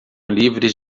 livres